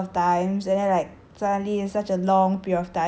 suddenly in such a long period of time that 我不可以出国 then it's like